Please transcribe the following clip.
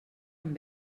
amb